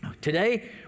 Today